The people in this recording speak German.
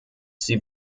sie